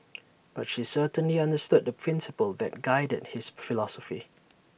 but she certainly understood the principle that guided his philosophy